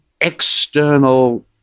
external